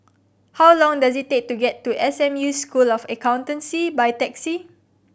how long does it take to get to S M U School of Accountancy by taxi